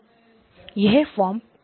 यह फॉर्म 2 है